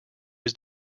was